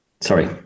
sorry